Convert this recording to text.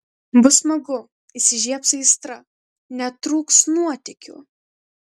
bus smagu įsižiebs aistra netrūks nuotykių